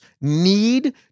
need